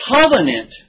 covenant